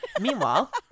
Meanwhile